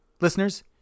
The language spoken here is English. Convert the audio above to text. listeners